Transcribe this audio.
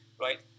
right